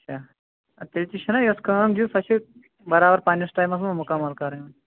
اچھا تیٚلہِ تہِ چھنا یۄس کٲم دِژ سۄ چھِ برابر پَننِس ٹایِمس منٛز مُکَمل کَرٕن وۄنۍ